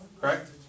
Correct